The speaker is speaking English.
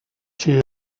she